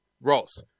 Ross